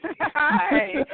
Hi